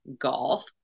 golf